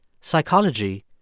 psychology